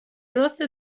راست